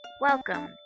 Welcome